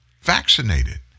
vaccinated